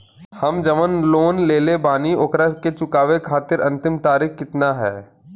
हम जवन लोन लेले बानी ओकरा के चुकावे अंतिम तारीख कितना हैं?